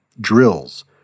drills